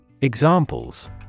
Examples